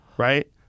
Right